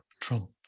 trump